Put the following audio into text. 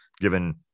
given